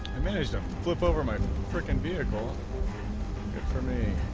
manage the flip over mike frick and vehicle did for me,